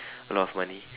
a lot of money